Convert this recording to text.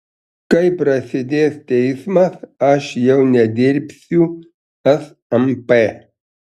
kai prasidės teismas aš jau nedirbsiu smp